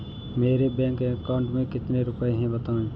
मेरे bank account में कितने रुपए हैं बताएँ?